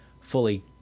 fully